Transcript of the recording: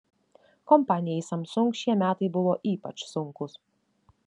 kompanijai samsung šie metai buvo ypač sunkūs